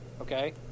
Okay